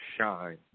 shine